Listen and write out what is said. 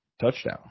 touchdown